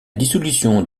dissolution